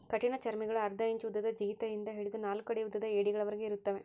ಕಠಿಣಚರ್ಮಿಗುಳು ಅರ್ಧ ಇಂಚು ಉದ್ದದ ಜಿಗಿತ ಇಂದ ಹಿಡಿದು ನಾಲ್ಕು ಅಡಿ ಉದ್ದದ ಏಡಿಗಳವರೆಗೆ ಇರುತ್ತವೆ